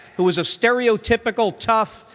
who was a stereotypical tough,